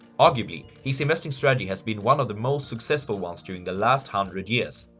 arguably, he's investing strategy has been one of the most successful ones during the last hundred years.